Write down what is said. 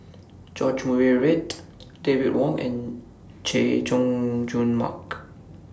George Murray Reith David Wong and Chay Jung Jun Mark